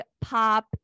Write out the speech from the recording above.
pop